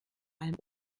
allem